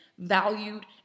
valued